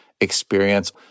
experience